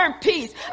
peace